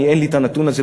אני אין לי הנתון הזה,